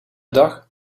dag